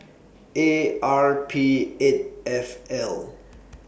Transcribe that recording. A R P eight F L